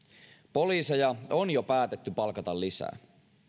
poliiseja on jo päätetty palkata lisää